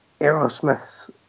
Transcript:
Aerosmith's